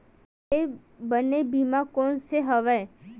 सबले बने बीमा कोन से हवय?